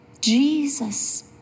Jesus